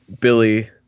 Billy